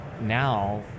now